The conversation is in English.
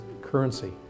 currency